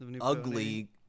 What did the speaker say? ugly